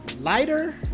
lighter